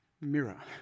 mirror